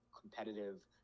competitive